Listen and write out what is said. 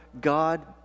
God